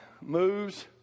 moves